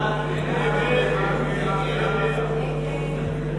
הצעת סיעות יהדות התורה,